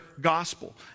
gospel